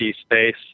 space